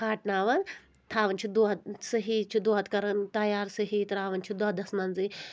پھاٹناون تھاوان چھِ دۄد صحیح چھِ دۄد کران تیار صحیح تراوان چھِ دۄدس منٛزٕے